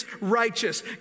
righteous